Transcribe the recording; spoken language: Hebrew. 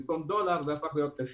במקום דולר זה הפך להיות שקל.